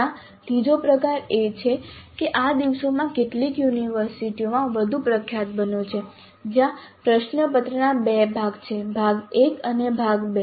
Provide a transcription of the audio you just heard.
ત્યાં ત્રીજો પ્રકાર છે જે આ દિવસોમાં કેટલીક યુનિવર્સિટીઓમાં વધુ પ્રખ્યાત બન્યો છે જ્યાં પ્રશ્નપત્રના બે ભાગ છે ભાગ A અને ભાગ B